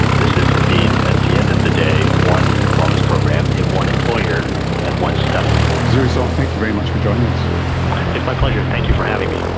this is indeed, at the end of the day, one wellness program and one employer and one study. zirui song, thank you very much for joining us. it's my pleasure, thank you for having me.